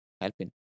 helping